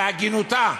בהגינותה,